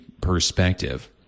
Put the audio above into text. perspective